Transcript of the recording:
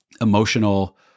emotional